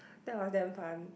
that was damn fun